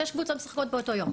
שש קבוצות משחקות באותו יום.